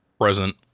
Present